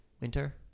winter